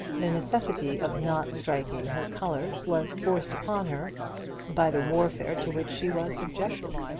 the necessity of not striking her colours was forced upon her by the warfare to which she was subjected.